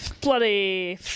bloody